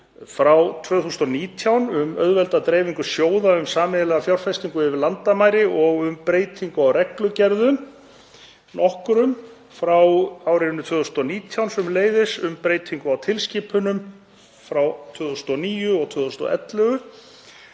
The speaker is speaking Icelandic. frá 2019 um að auðvelda dreifingu sjóða um sameiginlega fjárfestingu yfir landamæri og um breytingu á reglugerðum nokkrum, frá árinu 2019 sömuleiðis, um breytingu á tilskipunum frá 2009 og 2011